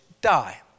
die